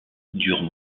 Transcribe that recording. dure